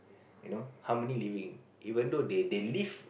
you know harmony living even though they they they live